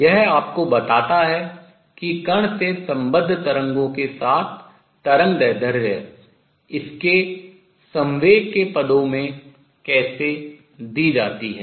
यह आपको बताता है कि कण से सम्बद्ध तरंगों के साथ तरंगदैर्ध्य इसके संवेग के पदों में कैसे दी जाती है